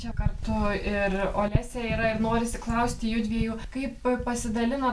čia kartu ir olesė yra ir norisi klausti jųdviejų kaip pasidalina